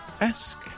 Ask